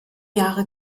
jahre